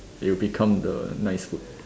it will become the nice food